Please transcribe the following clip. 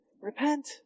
repent